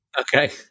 Okay